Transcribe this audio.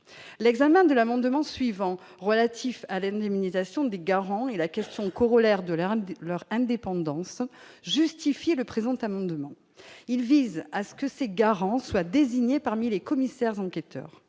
l'examen de l'amendement suivant relatif à l'aide d'immunisation des garants et la question corollaire de la rame de leur indépendance, justifier le présent amendement, il vise à ce que ces Garance soit désigné parmi les commissaires enquêteurs